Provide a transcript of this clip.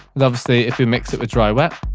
and obviously if we mix it with dry wet,